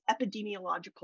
epidemiological